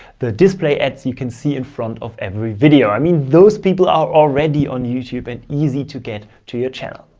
the display ads you can see in front of every video. i mean, those people are already on youtube and easy to get to your channel.